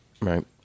Right